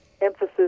emphasis